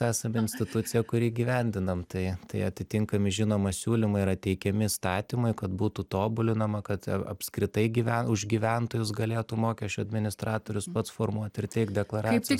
esam institucija kuri įgyvendinam tai tai atitinkami žinoma siūlymai yra teikiami įstatymui kad būtų tobulinama kad apskritai gyvena už gyventojus galėtų mokesčių administratorius pats formuoti ir teikt deklaracijas